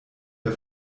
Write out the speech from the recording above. der